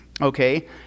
okay